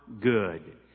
good